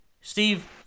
Steve